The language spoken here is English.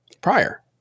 prior